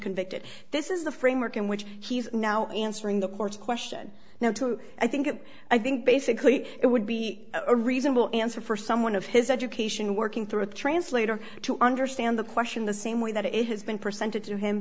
convicted this is the framework in which he's now answering the court's question no two i think i think basically it would be a reasonable answer for someone of his education working through a translator to understand the question the same way that it has been presented to him